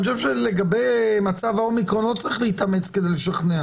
אני חושב שלגבי מצב האומיקרון לא צריך להתאמץ כדי לשכנע